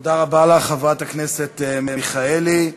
תודה רבה לחברת הכנסת מרב מיכאלי.